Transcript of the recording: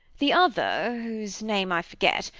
the other, whose name i forget,